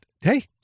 hey